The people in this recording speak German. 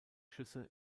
schüsse